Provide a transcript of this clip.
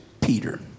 Peter